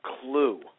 clue